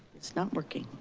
it's not working.